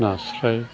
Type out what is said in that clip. नास्राय